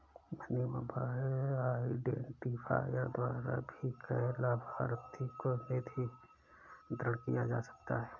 money mobile identifier द्वारा भी गैर लाभार्थी को निधि अंतरण किया जा सकता है